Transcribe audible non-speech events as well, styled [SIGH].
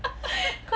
[LAUGHS]